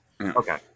Okay